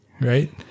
right